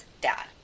dad